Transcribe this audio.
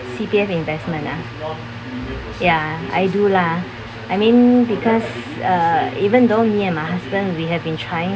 C_P_F investment uh ya I do lah I mean because uh even though me and my husband we have been trying